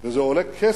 וזה עולה כסף.